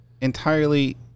entirely